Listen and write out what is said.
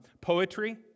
poetry